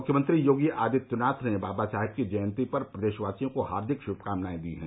मुख्यमंत्री योगी आदित्यनाथ ने बाबा साहेब की जयन्ती पर प्रदेशवासियों को हार्दिक श्भकामनाए दी हैं